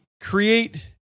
create